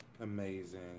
Amazing